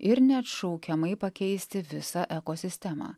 ir neatšaukiamai pakeisti visą ekosistemą